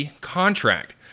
contract